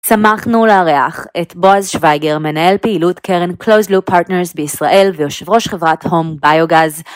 צמחנו לארח את בועז שוויגר, מנהל פעילות קרן Close Loop Partners בישראל ויושב ראש חברת הום ביוגז.